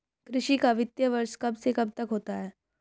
कृषि का वित्तीय वर्ष कब से कब तक होता है?